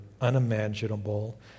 unimaginable